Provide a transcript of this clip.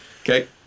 Okay